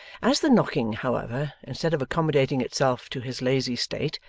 as the knocking, however, instead of accommodating itself to his lazy state,